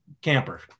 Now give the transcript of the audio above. camper